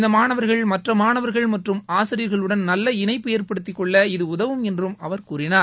இந்த மாணவர்கள் மற்ற மாணவர்கள் மற்றும் ஆசிரியர்களுடன் நல்ல இணைப்பு ஏற்படுத்திக்கொள்ள இது உதவும் என்றும் அவர் கூறினார்